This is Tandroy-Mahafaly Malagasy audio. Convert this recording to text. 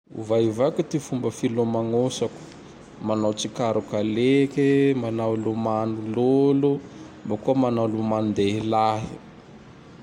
Ovaiovaiko ty fomba filomagnosako. Manao tsikarok'aliky, manao lomano lolo, boko manao lomanon-dehilahy.